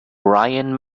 brian